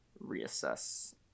reassess